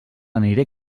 aniré